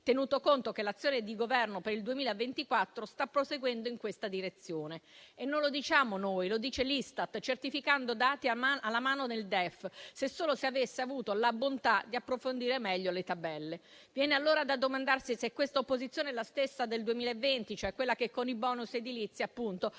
tenuto conto che l'azione di Governo per il 2024 sta proseguendo in questa direzione. Non lo diciamo noi, ma lo dice l'Istat, come certificano i dati alla mano nel DEF, se solo se aveste avuto la bontà di approfondire meglio le tabelle. Viene allora da domandarsi se questa opposizione sia la stessa del 2020, cioè quella che con i *bonus* edilizi, appunto,